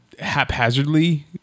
haphazardly